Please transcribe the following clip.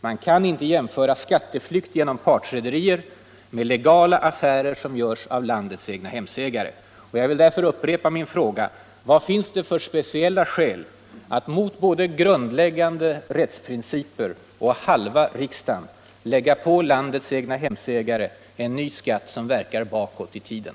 Man kan inte jämföra skatteflykt genom partrederier med legala affärer som görs av landets egnahemsägare, och jag vill därför upprepa min fråga: Vad finns det för speciella skäl att mot både grundläggande rättsprinciper och halva riksdagen lägga på landets egnahemsägare en ny skatt som verkar bakåt i tiden?